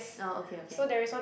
oh okay okay